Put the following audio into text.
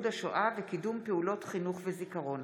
אורנה ברביבאי ותהלה פרידמן,